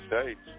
States